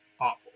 awful